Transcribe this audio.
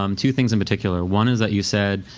um two things in particular one is that you said,